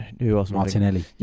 Martinelli